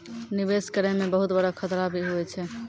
निवेश करै मे बहुत बड़ो खतरा भी हुवै छै